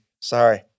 Sorry